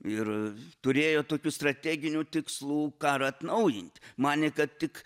ir turėjo tokių strateginių tikslų karą atnaujinti manė kad tik